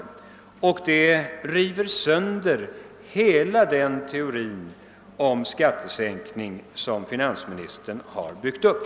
Det river sönder hela den teori om skattesänkning som finansministern har byggt upp: